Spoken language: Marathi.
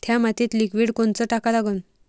थ्या मातीत लिक्विड कोनचं टाका लागन?